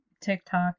TikTok